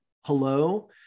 hello